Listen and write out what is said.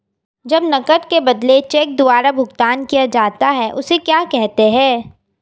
जब नकद के बदले चेक द्वारा भुगतान किया जाता हैं उसे क्या कहते है?